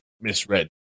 misread